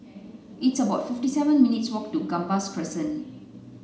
it's about fifty seven minutes' walk to Gambas Crescent